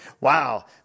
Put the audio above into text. wow